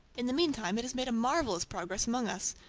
in the meantime, it has made marvellous progress among us,